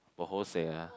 bo hosei ah